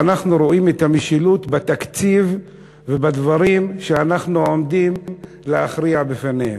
ואנחנו רואים את המשילות בתקציב ובדברים שאנחנו עומדים להכריע עליהם.